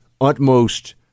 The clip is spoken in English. utmost